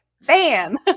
bam